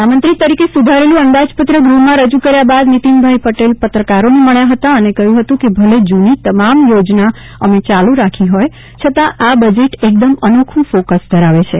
નિતિન પટેલ પ્રતિભાવ નાણામંત્રી તરીકે સુધારેલું અંદાજપત્ર ગૃહમાં રજૂ કર્યા બાદ નિતિનભાઇ પટેલ પત્રકારોને મળ્યા હતા અને કહ્યું હતું કે ભલે જુની તમામ યોજના અમે ચાલુ રાખી હોય છતાં આ બજેટ એકદમ અનોખુ ફોકસ ધરાવે છે